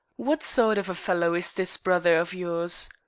what sort of a fellow is this brother of yours?